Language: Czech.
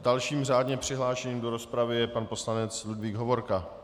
Dalším řádně přihlášeným do rozpravy je pan poslanec Ludvík Hovorka.